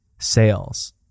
sales